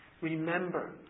Remember